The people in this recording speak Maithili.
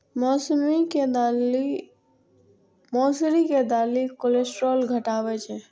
मौसरी के दालि कोलेस्ट्रॉल घटाबै छै